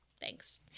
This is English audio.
thanks